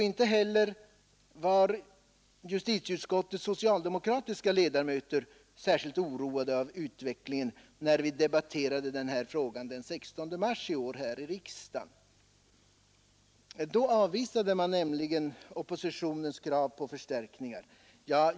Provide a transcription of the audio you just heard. Inte heller var justitieutskottets socialdemokratiska ledamöter särskilt oroade av utvecklingen när vi debatterade frågan den 16 mars i år här i riksdagen. Då avvisade man nämligen oppositionens krav på förstärkningar.